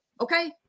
okay